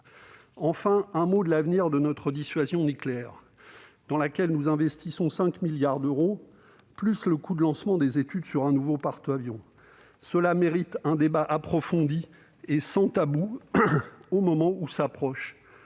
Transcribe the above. Enfin, j'en viens à l'avenir de notre dissuasion nucléaire, dans laquelle nous investissons cette année 5 milliards d'euros, sans compter le coût de lancement des études sur un nouveau porte-avions. Cela mérite un débat approfondi et sans tabou, au moment où s'approchent